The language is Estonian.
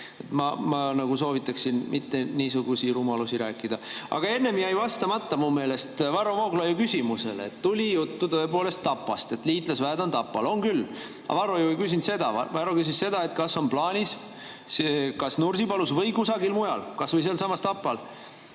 Ma soovitaksin mitte niisuguseid rumalusi rääkida. Aga enne jäi vastamata mu meelest Varro Vooglaiu küsimusele. Tuli juttu tõepoolest Tapast, et liitlasväed on Tapal. On küll, aga Varro ju ei küsinud seda. Varro küsis seda, kas on plaanis kas Nursipalus või kusagil mujal, kas või sealsamas Tapal,